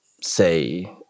say